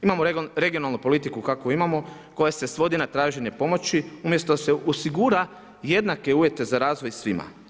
Imamo regionalnu politiku kakvu imamo, koja se svodi na traženju pomoći, umjesto da se osigura jednake uvjete za razvoj svima.